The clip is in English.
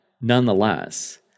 Nonetheless